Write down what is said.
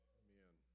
amen